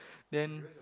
then